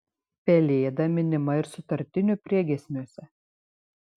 pelėda minima ir sutartinių priegiesmiuose